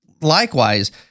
Likewise